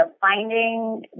finding